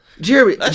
Jerry